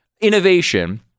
innovation